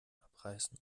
abreißen